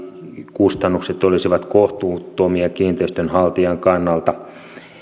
kustannukset olisivat kohtuuttomia kiinteistönhaltijan kannalta